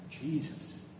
Jesus